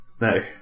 no